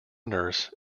nurse